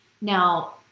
Now